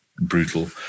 brutal